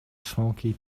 smoky